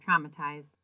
traumatized